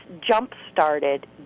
jump-started